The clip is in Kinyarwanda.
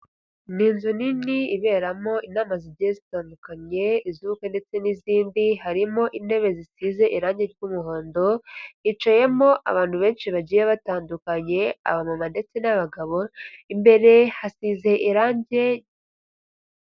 Ni inzu nini iberamo inama zigiye zitandukanye, iz'ubukwe ndetse n'izindi, harimo intebe zisize irangi ry'umuhondo, hicayemo abantu benshi bagiye batandunye, abamama ndetse n'abagabo, imbere hasize irange.